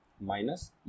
minus